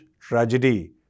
tragedy